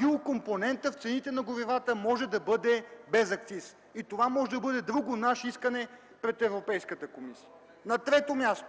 биокомпонентът в цените на горивата може да бъде без акциз. Това може да бъде друго наше искане пред Европейската комисия. На трето място